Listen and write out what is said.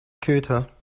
köter